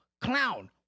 clown